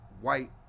white